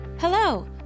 Hello